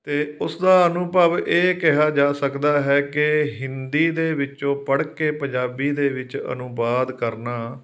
ਅਤੇ ਉਸਦਾ ਅਨੁਭਵ ਇਹ ਕਿਹਾ ਜਾ ਸਕਦਾ ਹੈ ਕਿ ਹਿੰਦੀ ਦੇ ਵਿੱਚੋਂ ਪੜ੍ਹ ਕੇ ਪੰਜਾਬੀ ਦੇ ਵਿੱਚ ਅਨੁਵਾਦ ਕਰਨਾ